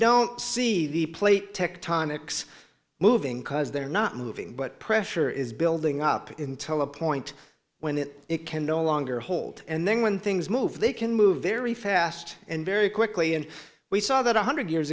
don't see the plate tectonics moving because they're not moving but pressure is building up until a point when it can no longer hold and then when things move they can move very fast and very quickly and we saw that one hundred years